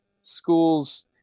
schools